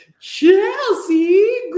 Chelsea